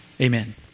Amen